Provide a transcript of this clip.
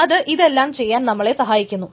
അത് ഇതെല്ലാം ചെയ്യാൻ നമ്മളെ സഹായിക്കുന്നു